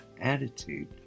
attitude